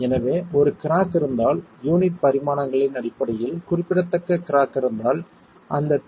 எனவே ஒரு கிராக் இருந்தால் யூனிட் பரிமாணங்களின் அடிப்படையில் குறிப்பிடத்தக்க கிராக் இருந்தால் அந்த 2